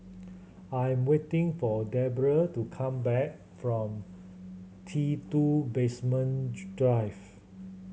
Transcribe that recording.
I am waiting for Deborah to come back from T Two Basement Drive